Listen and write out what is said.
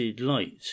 light